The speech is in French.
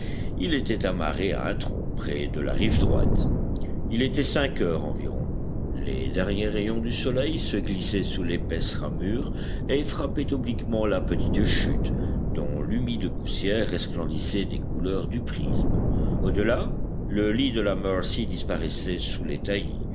il était amarré à un tronc près de la rive droite il était cinq heures environ les derniers rayons du soleil se glissaient sous l'épaisse ramure et frappaient obliquement la petite chute dont l'humide poussière resplendissait des couleurs du prisme au delà le lit de la mercy disparaissait sous les